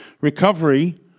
Recovery